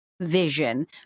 vision